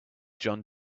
jon